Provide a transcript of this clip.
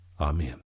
amen